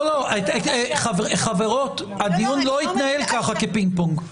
לא לא, חברות, הדיון לא יתנהל ככה, כפינג-פונג.